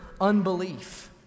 unbelief